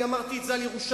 אני אמרתי את זה על ירושלים,